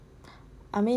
I mean after